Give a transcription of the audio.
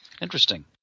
Interesting